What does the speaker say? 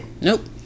nope